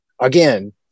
again